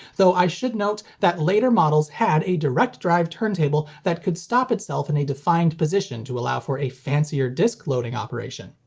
though i should note that later models had a direct-drive turntable that could stop itself in a defined position to allow for a fancier disc loading operation.